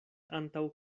antaŭ